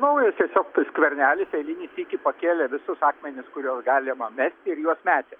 naujas tiesiog tai skvernelis eilinį sykį pakėlė visus akmenis kuriuos galima mesti ir juos metė